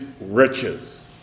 riches